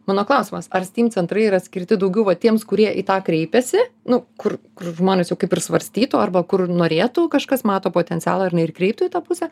mano klausimas ar steam centrai yra skirti daugiau va tiems kurie į tą kreipiasi nu kur kur žmonės jau kaip ir svarstytų arba kur norėtų kažkas mato potencialą ar ne ir kreiptų į tą pusę